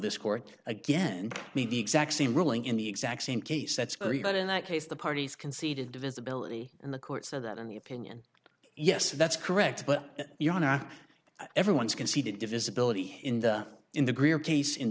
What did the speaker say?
this court again mean the exact same ruling in the exact same case that's not in that case the parties conceded divisibility in the court so that in the opinion yes that's correct but you're not everyone's conceded divisibility in the in the greer case in